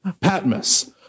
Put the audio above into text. Patmos